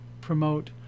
promote